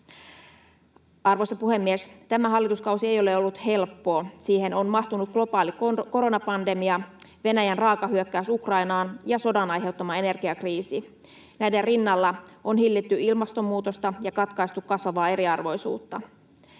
Arvoisa puhemies! Tämä hallituskausi ei ole ollut helppo. Siihen on mahtunut globaali koronapandemia, Venäjän raaka hyökkäys Ukrainaan ja sodan aiheuttama energiakriisi. Näiden rinnalla on hillitty ilmastonmuutosta ja katkaistu kasvavaa eriarvoisuutta.